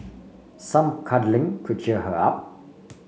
some cuddling could cheer her up